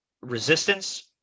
resistance